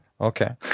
Okay